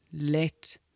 let